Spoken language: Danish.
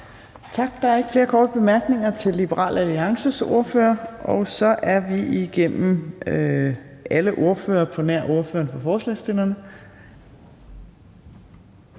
Tak. Der er ikke flere korte bemærkninger til Liberal Alliances ordfører, og så er vi igennem alle ordførerne på nær ordføreren for forslagsstillerne.